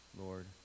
Lord